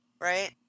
Right